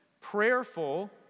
prayerful